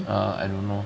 um I don't know